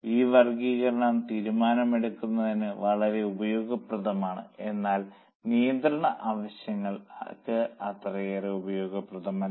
ഈ വർഗ്ഗീകരണം തീരുമാനമെടുക്കുന്നതിന് വളരെ ഉപയോഗപ്രദമാണ് എന്നാൽ നിയന്ത്രണ ആവശ്യങ്ങൾക്ക് അത്രയേറെ ഉപയോഗപ്രദമല്ല